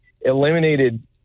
eliminated